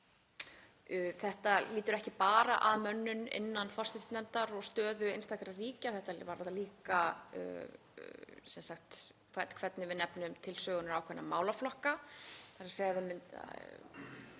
Þetta lýtur ekki bara að mönnun innan forsætisnefndar og stöðu einstakra ríkja, þetta varðar það líka hvernig við nefnum til sögunnar ákveðna málaflokka.